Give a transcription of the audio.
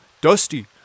Dusty